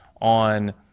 on